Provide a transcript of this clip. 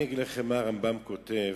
אני אגיד לכם מה הרמב"ם כותב.